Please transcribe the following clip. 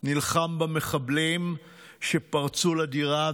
נלחם במחבלים שפרצו לדירה,